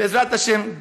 ובעזרת השם,